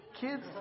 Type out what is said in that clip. Kids